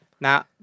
Now